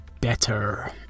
better